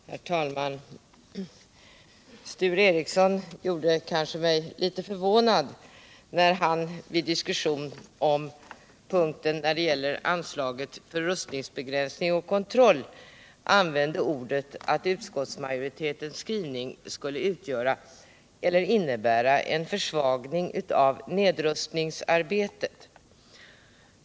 Herr talman! Sture Ericson förvånade mig litet när han i diskussionen om punkten som gäller anslaget för rustningsbegränsning och kontroll gjorde gällande att utskottets skrivning skulle innebära en försvagning av nedrustningsarbetet.